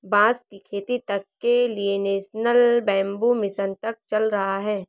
बांस की खेती तक के लिए नेशनल बैम्बू मिशन तक चल रहा है